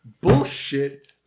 bullshit